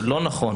שלא נכון